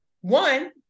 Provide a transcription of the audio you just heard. One